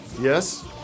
Yes